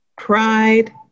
Pride